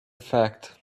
fact